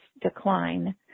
decline